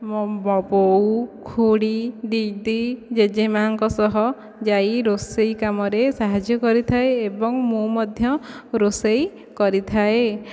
ମୋ ବୋଉ ଖୁଡ଼ୀ ଦିଦି ଜେଜେମା'ଙ୍କ ସହ ଯାଇ ରୋଷେଇ କାମରେ ସାହାଯ୍ୟ କରିଥାଏ ଏବଂ ମୁଁ ମଧ୍ୟ ରୋଷେଇ କରିଥାଏ